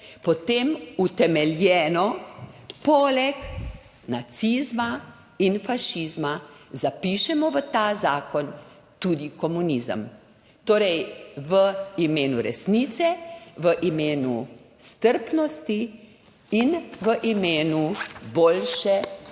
potem utemeljeno poleg nacizma in fašizma zapišemo v ta zakon tudi komunizem. Torej v imenu resnice, v imenu strpnosti in v imenu boljše skupne